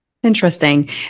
Interesting